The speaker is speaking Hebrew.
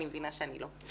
אני מבינה שאני לא.